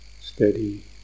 steady